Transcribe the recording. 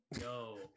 Yo